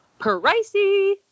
pricey